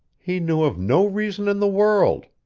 he knew of no reason in the world.